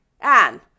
anne